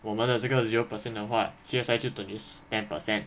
我们的这个 zero percent 的话 C_S_I 就等于 ten percent